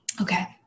Okay